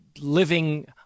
living